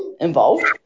involved